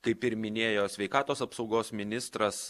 kaip ir minėjo sveikatos apsaugos ministras